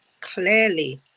clearly